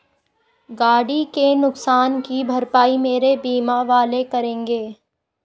गाड़ी के नुकसान की भरपाई मेरे बीमा वाले करेंगे